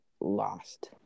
lost